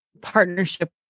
partnership